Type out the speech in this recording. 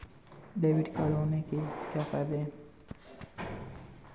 Debit card होने के क्या फायदे हैं?